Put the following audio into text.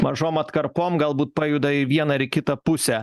mažom atkarpom galbūt pajuda į vieną ir į kitą pusę